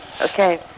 Okay